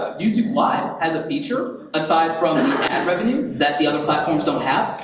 ah youtube live has a feature, aside from from the ad revenue, that the other platforms don't have,